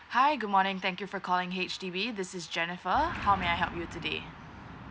hi good morning thank you for calling H_D_B this is jennifer how may I help you today